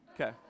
Okay